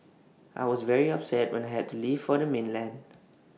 I was very upset when I had to leave for the mainland